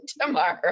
tomorrow